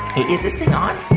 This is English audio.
is this thing on? oh,